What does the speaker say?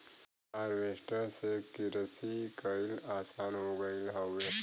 harvester से किरसी कईल आसान हो गयल हौवे